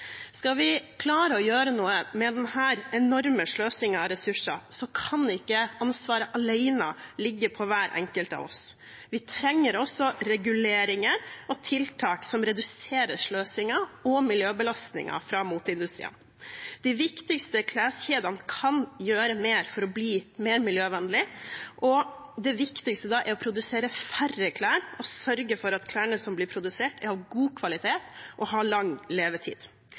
Skal vi klare å gjøre noe med denne enorme sløsingen med ressurser, kan ikke ansvaret alene ligge på hver enkelt av oss. Vi trenger også reguleringer og tiltak som reduserer sløsingen og miljøbelastningen fra moteindustrien. De viktigste kleskjedene kan gjøre mer for å bli mer miljøvennlig, og det viktigste da er å produsere færre klær og sørge for at klærne som blir produsert, er av god kvalitet og har lang levetid.